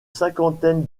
cinquantaine